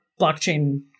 blockchain